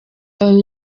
abantu